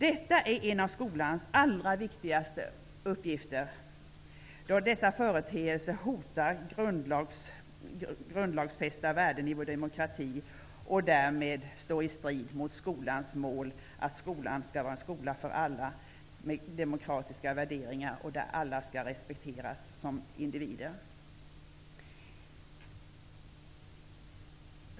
Detta är en av skolans allra viktigaste medel då olika företeelse hotar grundslagsfästa värden i vår demokrati och står i strid med skolans mål att skolan skall vara en skola för alla med demokratiska värderingar där alla skall respekteras som individer.